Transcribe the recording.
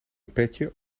petje